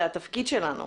זה התפקיד שלנו.